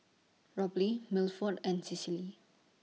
Robley Milford and Cecily